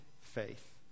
faith